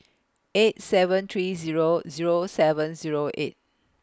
eight seven three Zero Zero seven Zero eight